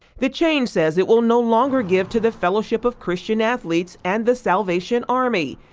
the chain says it will no longer give to the fellowship of christian athletes and the salvation army,